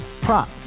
Prop